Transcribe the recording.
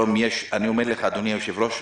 אני אומר לך, אדוני היושב-ראש,